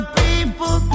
people